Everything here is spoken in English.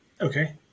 Okay